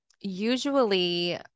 usually